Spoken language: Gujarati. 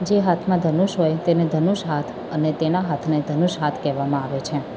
જે હાથમાં ધનુષ હોય તે ને ધનુષ હાથ અને તેના હાથ ને ધનુષ હાથ કહેવામાં આવે છે